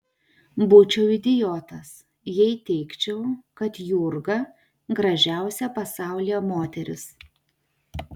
būčiau idiotas jei teigčiau kad jurga gražiausia pasaulyje moteris